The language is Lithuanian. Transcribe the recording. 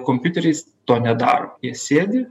kompiuteriais to nedaro jie sėdi